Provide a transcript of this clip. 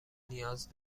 نیاز